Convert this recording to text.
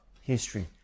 history